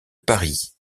paris